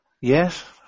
yes